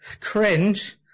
Cringe